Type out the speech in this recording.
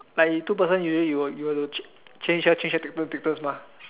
like if two person usually you will you will cha~ change here change here take turns mah